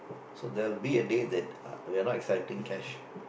so they will be a day that uh we are not accepting cash